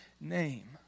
name